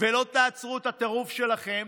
ולא תעצרו את הטירוף שלכם,